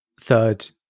third